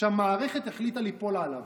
שהמערכת החליטה ליפול עליו?